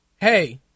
hey